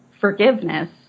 forgiveness